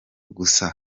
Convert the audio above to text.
gusa